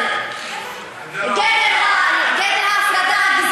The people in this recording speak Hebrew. גמגמי, גדר ההפרדה.